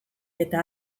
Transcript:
eta